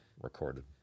recorded